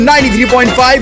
93.5